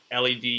LED